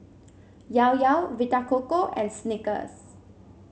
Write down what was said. Llao Llao Vita Coco and Snickers